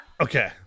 Okay